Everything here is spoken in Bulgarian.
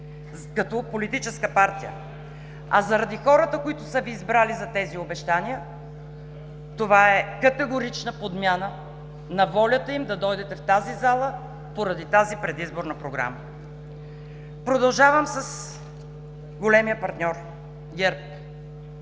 като политическа партия, а заради хората, които са Ви избрали заради тези обещания, това е категорична подмяна на волята им да дойдете в тази зала, поради тази предизборна програма. Продължавам с големия партньор – ГЕРБ.